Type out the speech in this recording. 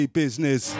business